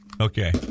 okay